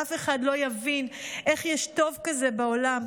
אף אחד לא יבין איך יש טוב כזה בעולם.